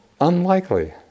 unlikely